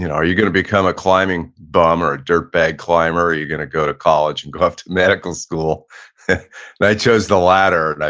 and are you gonna become a climbing bum or a dirt bag climber? are you gonna go to college and go off to medical school? and i chose the latter. and